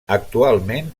actualment